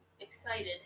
excited